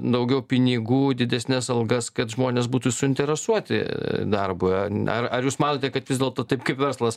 daugiau pinigų didesnes algas kad žmonės būtų suinteresuoti darbu ar ar jūs manote kad vis dėlto taip kaip verslas